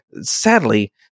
sadly